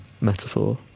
metaphor